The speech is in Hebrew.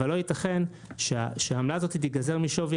אבל לא ייתכן שהעמלה הזאת תיגזר משווי